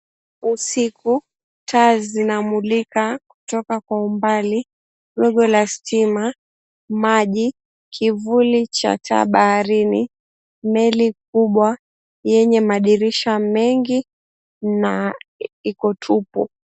Usiku taa zinamulika kutoka kwa umbali, gogo la stima, maji, kivuli cha taa baharini, meli kubwa yenye madirisha mengi na iko tupu.